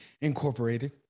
Incorporated